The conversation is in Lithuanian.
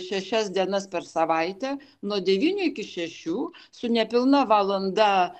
šešias dienas per savaitę nuo devynių iki šešių su nepilna valanda